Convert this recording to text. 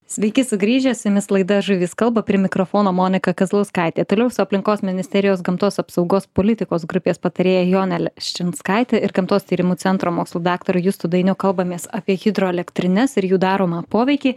sveiki sugrįžę su jumis laida žuvys kalba prie mikrofono monika kazlauskaitė toliau su aplinkos ministerijos gamtos apsaugos politikos grupės patarėja jone leščinskaite ir gamtos tyrimų centro mokslų daktaru justo dainiu kalbamės apie hidroelektrines ir jų daromą poveikį